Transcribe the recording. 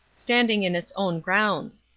standing in its own grounds.